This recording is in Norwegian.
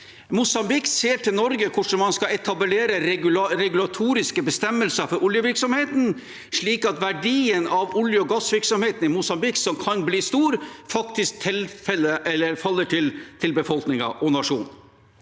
Mosambik ser til Norge på hvordan man skal etablere regulatoriske bestemmelser for oljevirksomheten, slik at verdien av olje- og gassvirksomheten i Mosambik som kan bli stor, faktisk tilfaller befolkningen og nasjonen.